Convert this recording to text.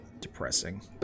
depressing